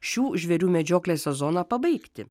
šių žvėrių medžioklės sezoną pabaigti